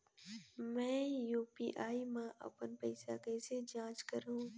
मैं यू.पी.आई मा अपन पइसा कइसे जांच करहु?